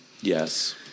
Yes